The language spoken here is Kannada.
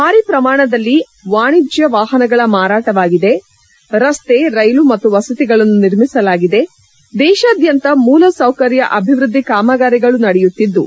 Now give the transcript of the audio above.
ಭಾರಿ ಪ್ರಮಾಣದಲ್ಲಿ ವಾಣಿಜ್ಯ ವಾಹನಗಳ ಮಾರಾಟವಾಗಿದೆ ರಸ್ತೆ ರೈಲು ಮತ್ತು ವಸತಿಗಳನ್ನು ನಿರ್ಮಿಸಲಾಗಿದೆ ದೇಶಾದ್ಯಂತ ಮೂಲಸೌಕರ್ಯ ಅಭಿವೃದ್ದಿ ಕಾಮಗಾರಿಗಳು ನಡೆಯುತ್ತಿದ್ದು